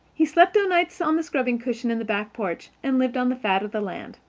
he slept o'nights on the scrubbing cushion in the back porch and lived on the fat of the land.